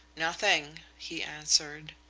nothing, he answered.